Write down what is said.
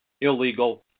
illegal